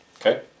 Okay